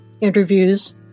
interviews